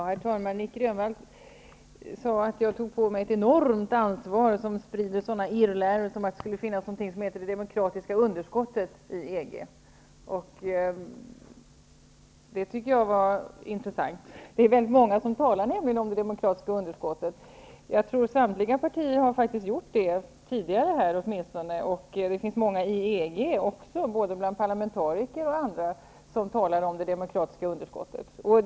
Herr talman! Nic Grönvall sade att jag tar på mig ett enormt ansvar när jag sprider irrläror om att det i EG skulle finnas något som kallas för det demokratiska underskottet. Det är intressant att höra. Men det är faktiskt väldigt många som talar om det demokratiska underskottet. Jag tror att det gäller samtliga partier här. Åtminstone har man tidigare talat om detta underskott. Det finns också många i EG, både parlamentariker och andra, som talar om det demokratiska underskottet.